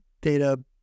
data